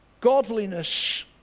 godliness